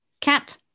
cat